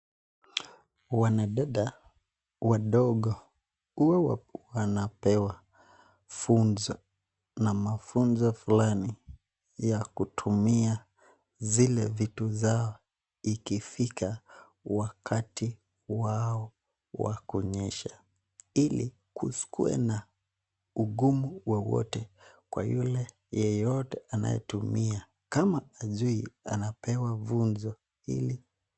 Wanadada wadogo huwa wanepewa funzo na mufunzo fulani ya kutumia zile vitu zao, ikifika wakati wao wa kunyesha. Ili kusikuwe na ugumu wowote, kwa yule yeyote anayetumia, kama hajui anapewa funzo ili.